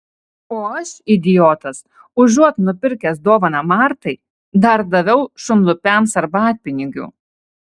o aš idiotas užuot nupirkęs dovaną martai dar daviau šunlupiams arbatpinigių